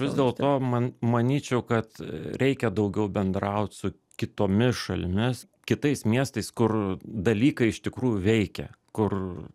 vis dėlto man manyčiau kad reikia daugiau bendraut su kitomis šalimis kitais miestais kur dalykai iš tikrųjų veikia kur